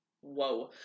whoa